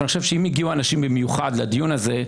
אני חושב שאם הגיעו אנשים במיוחד לדיון הזה,